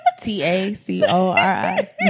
T-A-C-O-R-I